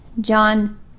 John